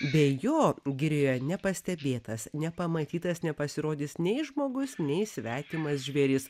be jo girioje nepastebėtas nepamatytas nepasirodys nei žmogus nei svetimas žvėris